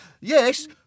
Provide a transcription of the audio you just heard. Yes